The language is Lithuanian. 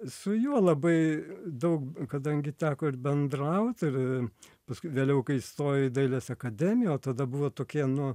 su juo labai daug kadangi teko ir bendraut ir paskui vėliau kai įstojau į dailės akademiją o tada buvo tokie nu